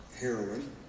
heroin